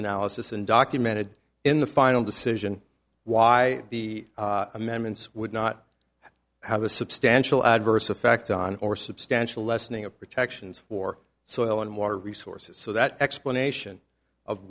analysis and documented in the final decision why the amendments would not have a substantial adverse effect on or substantial lessening of protections for so oil and water resources so that explanation of